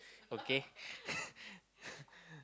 okay